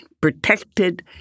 protected